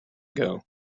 ago